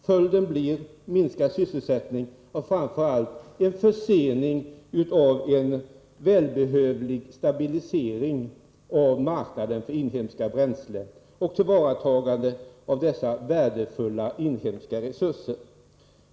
Följden blir minskad sysselsättning och framför allt försening av en välbehövlig stabilisering av marknaden för inhemska bränslen och tillvaratagande av värdefulla inhemska resurser.